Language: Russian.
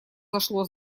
зашло